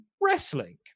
wrestling